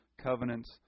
covenants